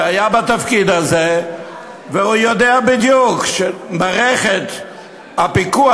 שהיה בתפקיד הזה והוא יודע בדיוק שמערכת הפיקוח